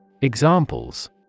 Examples